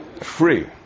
free